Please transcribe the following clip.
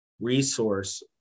resource